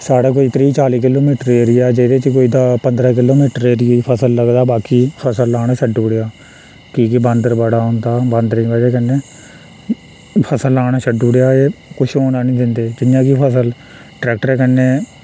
साढ़ै कोई त्रीह् चाली किलो मीटर एरिया ऐ जेह्दे च कोई पदंरा किलो मीटर एरिये च फसल लगदा बाकी फसल लाना छडुड़ेआ की जे बांदर बड़ा औंदा बांदरें दी बजह कन्नै फसल लाना छडुड़ेआ एह् किश होना नी दिंदे जियां के फसल ट्रैक्टरै कन्नै